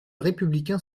républicain